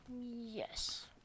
Yes